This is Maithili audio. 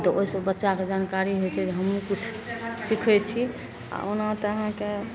तऽ ओइसँ बच्चाके जानकारी होइ छै जे हमहूँ किछु सीखय छी आओर ओना तऽ अहाँके